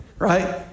Right